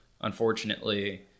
unfortunately